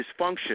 dysfunction